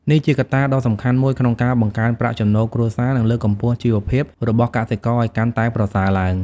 នេះជាកត្តាដ៏សំខាន់មួយក្នុងការបង្កើនប្រាក់ចំណូលគ្រួសារ និងលើកកម្ពស់ជីវភាពរបស់កសិករឲ្យកាន់តែប្រសើរឡើង។